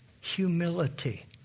Humility